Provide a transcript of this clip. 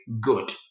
good